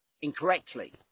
incorrectly